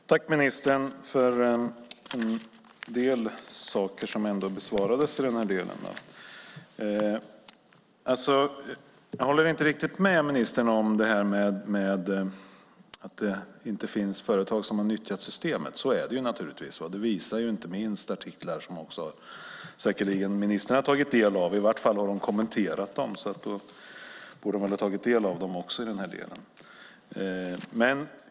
Fru talman! Tack, ministern, för en del saker som ändå besvarades i den här delen. Jag håller inte riktigt med ministern om att det inte finns företag som har utnyttjat systemet, för så är det naturligtvis. Det visar inte minst artiklar som också ministern säkerligen har tagit del av. I varje fall har hon kommenterat dem, så då borde hon väl också ha tagit del av dem i den här delen.